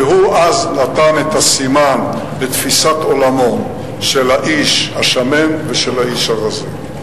והוא אז נתן את הסימן לתפיסת עולמו על האיש השמן ושל האיש הרזה.